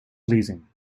pleasing